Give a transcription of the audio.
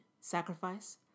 sacrifice